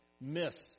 miss